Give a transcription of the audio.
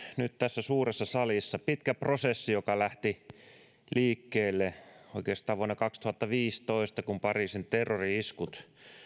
nyt tässä suuressa salissa pitkä prosessi joka lähti liikkeelle oikeastaan vuonna kaksituhattaviisitoista kun pariisin terrori iskut